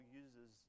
uses